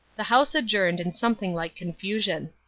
the house adjourned in something like confusion.